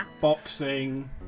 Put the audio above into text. Boxing